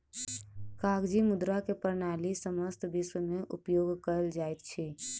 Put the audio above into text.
कागजी मुद्रा के प्रणाली समस्त विश्व में उपयोग कयल जाइत अछि